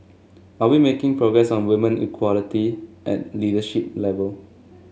are we making progress on woman equality at leadership level